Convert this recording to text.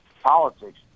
politics